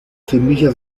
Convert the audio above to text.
semillas